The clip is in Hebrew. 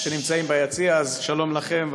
שלום לכם.